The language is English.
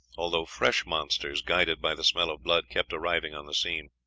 although fresh monsters, guided by the smell of blood, kept arriving on the scene.